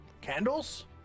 Candles